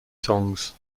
songs